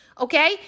okay